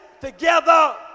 together